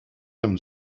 them